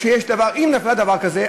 אם נפל דבר כזה,